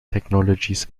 technologies